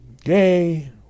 gay